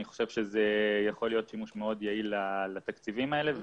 אני חושב שזה יכול להיות מאוד יעיל לתקציבים האלה,